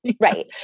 right